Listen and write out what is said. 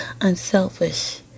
unselfish